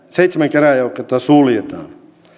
seitsemän käräjäoikeutta suljetaan